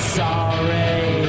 sorry